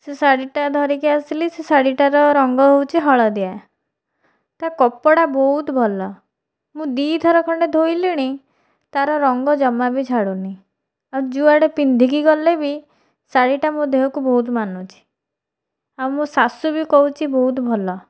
ସେ ଶାଢ଼ୀଟା ଧରିକି ଆସିଲି ସେ ଶାଢ଼ୀଟାର ରଙ୍ଗ ହେଉଛି ହଳଦିଆ ତା' କପଡ଼ା ବହୁତ ଭଲ ମୁଁ ଦୁଇଥର ଖଣ୍ଡେ ଧୋଇଲିଣି ତା'ର ରଙ୍ଗ ଜମା ବି ଛାଡ଼ୁନି ଆଉ ଯୁଆଡ଼େ ପିନ୍ଧିକି ଗଲେ ବି ଶାଢ଼ୀଟା ମୋ ଦେହକୁ ବହୁତ ମାନୁଛି ଆଉ ମୋ ଶାଶୁ ବି କହୁଛି ବହୁତ ଭଲ